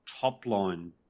top-line